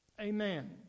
Amen